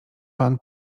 pan